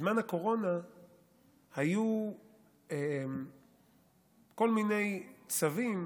בזמן הקורונה היו כל מיני צווים